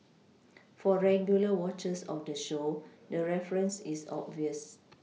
for regular watchers of the show the reference is obvious